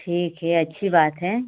ठीक हे अच्छी बात है